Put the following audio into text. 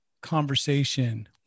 conversation